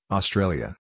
Australia